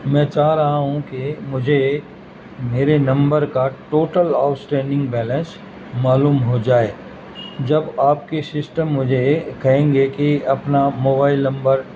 میں چاہ رہا ہوں کہ مجھے میرے نمبر کا ٹوٹل آؤٹ اسٹینڈنگ بیلنس معلوم ہو جائے جب آپ کی ششٹم مجھے کہیں گے کہ اپنا موبائل نمبر